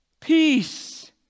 Peace